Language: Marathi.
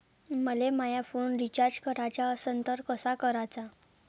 मले माया फोन रिचार्ज कराचा असन तर कसा कराचा?